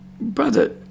brother